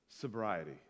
sobriety